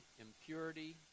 impurity